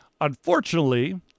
Unfortunately